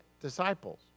disciples